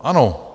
Ano.